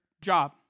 job